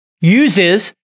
uses